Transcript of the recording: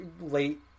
late